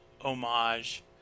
homage